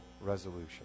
resolution